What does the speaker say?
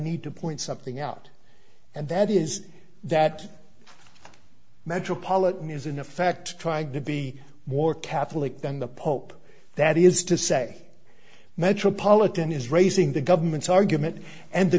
need to point something out and that is that metropolitan is in effect tried to be more catholic than the pope that is to say metropolitan is raising the government's argument and the